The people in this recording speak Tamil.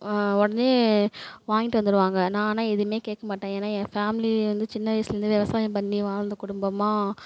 உடனே வாங்கிட்டு வந்துருவாங்க நான் ஆனால் எதுவுமே கேட்கமாட்டேன் ஏன்னா என் ஃபேமிலி வந்து சின்ன வயசுலருந்தே விவசாயம் பண்ணி வாழ்ந்த குடும்பமாக